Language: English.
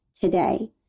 today